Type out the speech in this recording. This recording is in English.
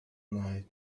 night